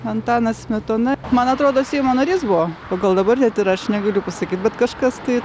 antanas smetona man atrodo seimo narys buvo o gal dabar net ir aš negaliu pasakyti bet kažkas tai